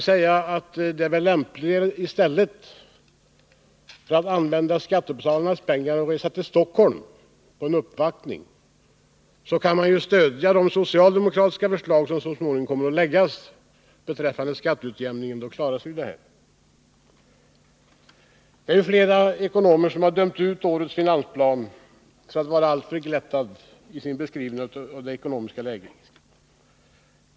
Men i stället för att använda skattebetalarnas pengar till att resa till Stockholm på en uppvaktning kan man stödja de socialdemokratiska förslag som så småningom kommer att framläggas om skatteutjämning. Då klaras ju detta. Årets finansplan har av flera ekonomer dömts ut såsom alltför glättad i sin beskrivning av det ekonomiska läget.